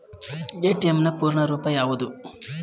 ATM ನ ಪೂರ್ಣ ರೂಪ ಯಾವುದು?